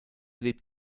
lebt